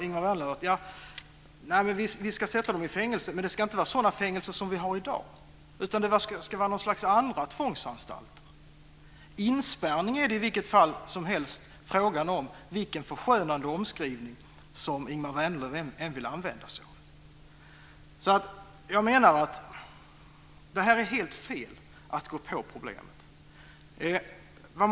Ingemar Vänerlöv säger att vi ska sätta dem i fängelse, men det ska inte vara sådana fängelser som vi har i dag, utan det ska vara någon annan sorts tvångsanstalter. Inspärrning är det i vilket fall som helst fråga om, vilken förskönande omskrivning Ingemar Vänerlöv än vill använda sig av. Det är helt fel väg att gå på problemet.